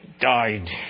died